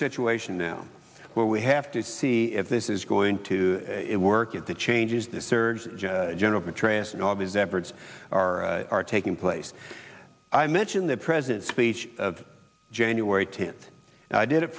situation now where we have to see if this is going to work at the changes the surge general petraeus and all of his efforts are are taking place i mention the president's speech of january tenth and i did it